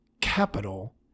capital